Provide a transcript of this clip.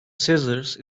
scissors